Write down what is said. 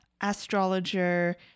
astrologer